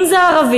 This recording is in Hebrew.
אם זה ערבים,